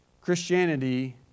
Christianity